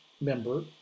member